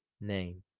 name